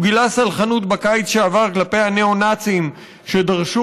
הוא גילה סלחנות בקיץ שעבר כלפי הניאו-נאצים שדרסו